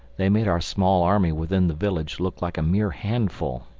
they made our small army within the village look like a mere handful.